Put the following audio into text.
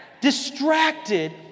Distracted